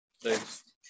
Thanks